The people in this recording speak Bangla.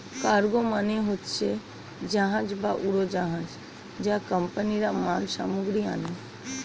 কার্গো মানে হচ্ছে জাহাজ বা উড়োজাহাজ যা কোম্পানিরা মাল সামগ্রী আনে